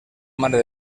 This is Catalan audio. mare